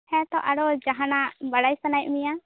ᱦᱮᱸ ᱛᱚ ᱟᱨᱚ ᱡᱟᱦᱟᱱᱟ ᱵᱟᱲᱟᱭ ᱥᱟᱱᱟᱭᱮᱫ ᱢᱮᱭᱟ